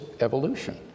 evolution